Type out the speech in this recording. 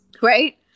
Right